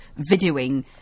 videoing